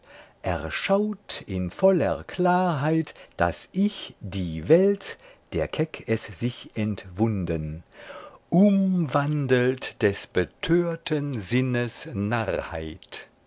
das erschaut in voller klarheit das ich die welt der keck es sich entwunden umwandelt des betörten sinnes